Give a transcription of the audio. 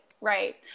right